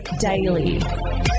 Daily